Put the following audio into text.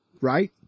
Right